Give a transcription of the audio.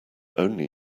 only